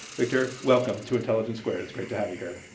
victor, welcome to intelligence squared. it's great to have you here.